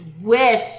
wish